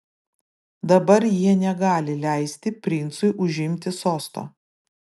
dabar jie negali leisti princui užimti sosto